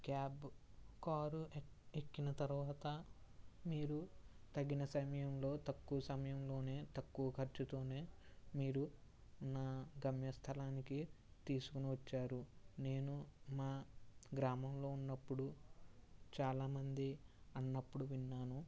cab car ఎ ఎక్కినా తరవాత మీరు తగిన సమయంలో తక్కువ సమయంలోనే తక్కువ ఖర్చుతోనే మీరు నా గమ్య స్థలానికి తీసుకొని వచ్చారు నేను మా గ్రామంలో ఉన్నప్పుడు చాలా మంది అన్నప్పుడు విన్నాను